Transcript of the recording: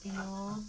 उपयोग